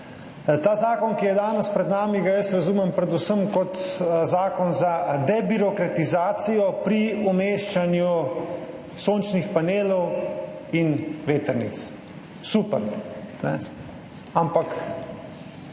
Ta zakon, ki je danes pred nami, jaz razumem predvsem kot zakon za debirokratizacijo pri umeščanju sončnih panelov in vetrnic. Super, ampak